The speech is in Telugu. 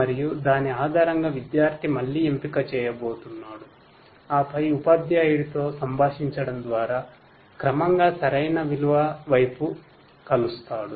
మరియు దాని ఆధారంగా విద్యార్థి మళ్ళీ ఎంపిక చేయబోతున్నాడు ఆపై ఉపాధ్యాయుడితో సంభాషించడం ద్వారా క్రమంగా సరైన విలువ వైపు కలుస్తాడు